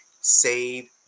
save